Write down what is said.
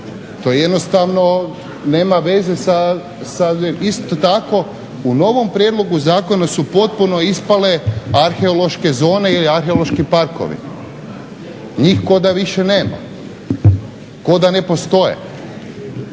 je jednostavno nema veze sa, isto tako u novom prijedlogu zakona su potpuno ispale arheološke zone ili arheološki parkovi, njih ko da više nema, ko da ne postoje.